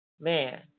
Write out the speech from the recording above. man